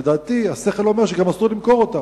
לדעתי השכל אומר שגם אסור למכור אותם.